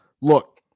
Look